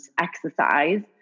exercise